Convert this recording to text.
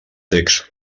text